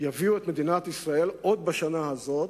יביאו את מדינת ישראל, עוד בשנה הזאת,